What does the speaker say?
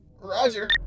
Roger